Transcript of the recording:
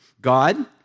God